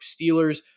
Steelers